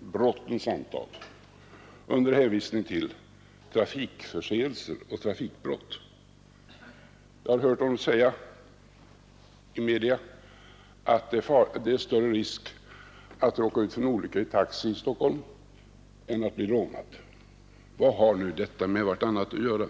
brottens antal. Jag har hört honom säga att det är större risk att råka ut för en olycka i taxi i Stockholm än att bli rånad. Vad har nu detta med vartannat att göra?